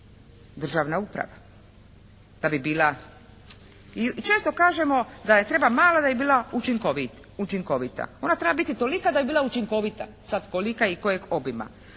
da bi bila i često kažemo da treba mala da bi bila učinkovita. Ona treba biti tolika da bi bila učinkovita. Sad kolika i kojeg obima.